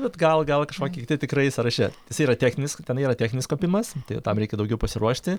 bet gal gal kažkoki kiti tikrai sąraše jisai yra techninis tenai yra techninis kopimas tai tam reikia daugiau pasiruošti